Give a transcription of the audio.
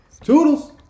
Toodles